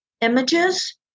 images